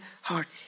heart